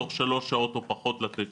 תוך שלוש שעות או פחות לתת תשובה.